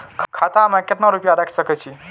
खाता में केतना रूपया रैख सके छी?